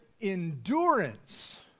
endurance